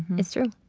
it's true.